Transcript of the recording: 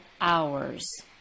hours